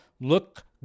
look